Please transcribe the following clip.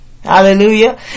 Hallelujah